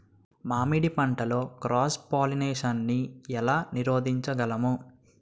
మామిడి పంటలో cross pollination నీ ఏల నీరోధించగలము?